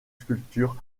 sculpture